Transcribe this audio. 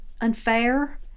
unfair